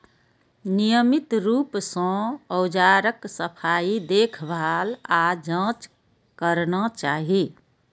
नियमित रूप सं औजारक सफाई, देखभाल आ जांच करना चाही